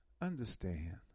understand